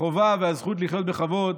החובה והזכות לחיות בכבוד